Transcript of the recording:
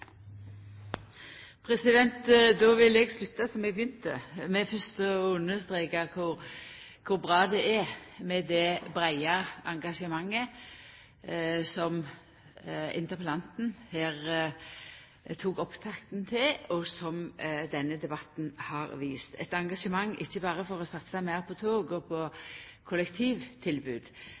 med det breie engasjementet som interpellanten her tok opptakten til, og som denne debatten har vist – eit engasjement ikkje berre for å satsa meir på tog og på kollektivtilbod,